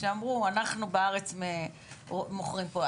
שאמרו: אנחנו בארץ מוכרים פה,